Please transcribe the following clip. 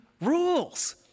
Rules